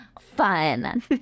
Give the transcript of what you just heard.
Fun